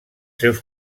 seus